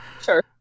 Sure